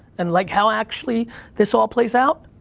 and like, how actually this all plays out,